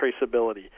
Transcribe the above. traceability